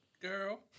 Girl